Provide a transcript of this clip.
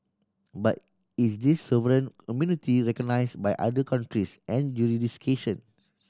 but is this sovereign immunity recognise by other countries and